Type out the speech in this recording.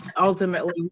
ultimately